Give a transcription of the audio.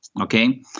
Okay